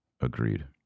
Agreed